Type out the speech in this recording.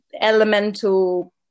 elemental